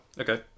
Okay